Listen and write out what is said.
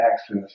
access